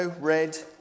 red